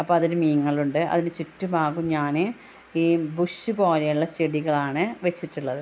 അപ്പോൾ അതിൽ മീനുകളുണ്ട് അതിന് ചുറ്റുഭാഗവും ഞാൻ ഈ ബുഷ് പോലെയുള്ള ചെടികളാണ് വെച്ചിട്ടുള്ളത്